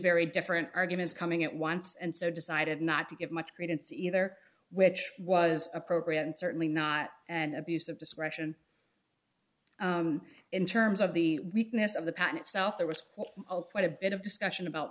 very different arguments coming at once and so decided not to give much credence either which was appropriate and certainly not an abuse of discretion in terms of the weakness of the pattern itself there was quite a bit of discussion about